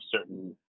certain